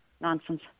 Nonsense